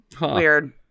Weird